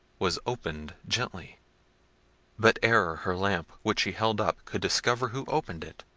was opened gently but ere her lamp, which she held up, could discover who opened it,